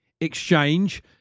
exchange